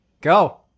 Go